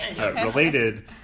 related